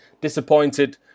disappointed